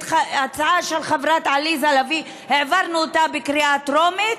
ההצעה של חברת הכנסת עליזה לביא בקריאה טרומית?